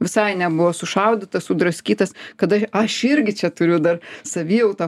visai nebuvo sušaudytas sudraskytas kada aš irgi čia turiu dar savijautą